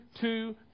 two